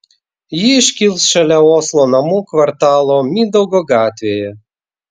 ji iškils šalia oslo namų kvartalo mindaugo gatvėje